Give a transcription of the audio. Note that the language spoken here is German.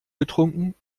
getrunken